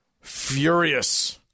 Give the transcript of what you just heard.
furious